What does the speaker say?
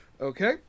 Okay